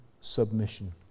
submission